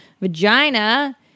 vagina